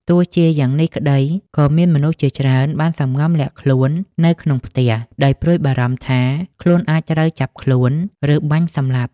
ទោះជាយ៉ាងនេះក្តី ក៏មានមនុស្សជាច្រើនបានសម្ងំលាក់ខ្លួននៅក្នុងផ្ទះ ដោយព្រួយបារម្ភថា ខ្លួនអាចត្រូវចាប់ខ្លួន ឬបាញ់សម្លាប់។